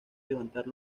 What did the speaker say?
levantar